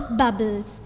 bubbles